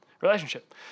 relationship